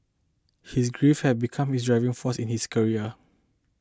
his grief had become his driving force in his career